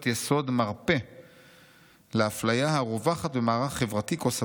יסוד מרפא לאפליה הרווחת במערך חברתי כה סבוך.